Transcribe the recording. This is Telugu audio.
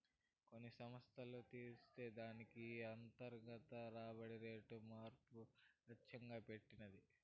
కొన్ని సమస్యలు తీర్చే దానికి ఈ అంతర్గత రాబడి రేటు మార్పు లచ్చెంగా పెట్టినది